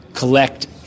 Collect